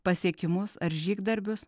pasiekimus ar žygdarbius